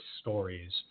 stories